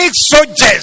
soldiers